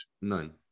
None